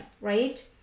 right